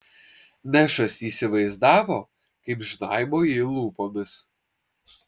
nešas įsivaizdavo kaip žnaibo jį lūpomis